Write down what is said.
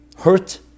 hurt